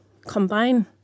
combine